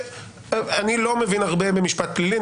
אני לא מבין הרבה במשפט פלילי.